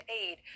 aid